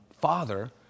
father